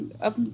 up